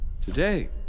Today